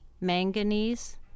manganese